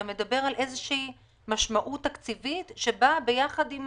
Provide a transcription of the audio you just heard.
אתה מדבר על איזושהי משמעות תקציבית שבאה יחד עם